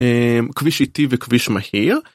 כביש איטי וכביש מהיר